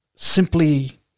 Simply